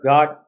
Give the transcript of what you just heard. God